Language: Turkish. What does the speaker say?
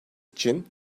için